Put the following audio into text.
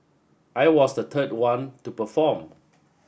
I was the third one to perform